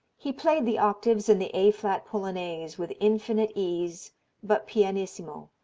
he played the octaves in the a flat polonaise with infinite ease but pianissimo.